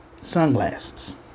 sunglasses